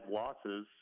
losses